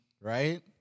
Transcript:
Right